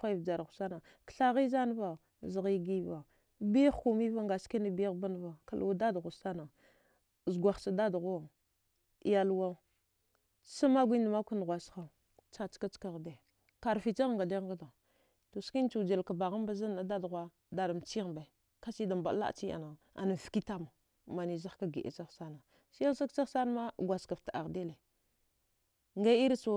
Zagh huwaya vjarhu sana kthagir zanva kthaghizanva zagh yigiva bigh kumiva ngaskina bighbanva kalwa dadghu sana zghuwaghcha dad ghuwa iyalwa chamagwinda magwka nughuwasha chachka chaka ghde to skinachaujilka bahamba zannaəa dadghuwa chara mchighba kachiyada mbaə laəchiyan fki tama manwizaghka giuəachag sana silsagchagh sanama gwadjgaft taəaghdile nga iricha